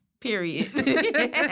Period